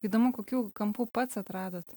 įdomu kokių kampų pats atradot